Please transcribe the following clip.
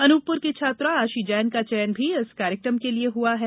अनूपपुर की छात्रा आशी जैन का चयन भीइस कार्यक्रम के लिए हुआ है